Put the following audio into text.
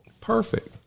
Perfect